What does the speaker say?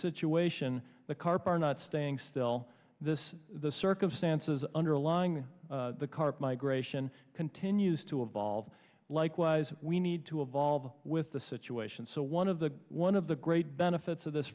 situation the carp are not staying still this the circumstances underlying the current migration continues to evolve likewise we need to evolve with the situation so one of the one of the great benefits of this